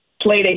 played